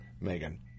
Megan